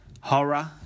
horror